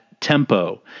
Tempo